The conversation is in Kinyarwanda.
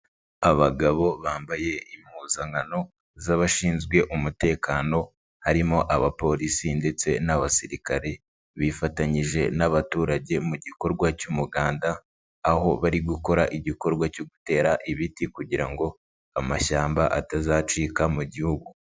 Abagabo bambaye impuzankano z'abashinzwe umutekano harimo abapolisi ndetse n'abasirikare, bifatanyije n'abaturage mu gikorwa cy'umuganda aho bari gukora igikorwa cyo gutera ibiti kugira ngo amashyamba atazacika mu gihugu.